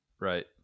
Right